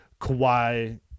Kawhi